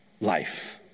life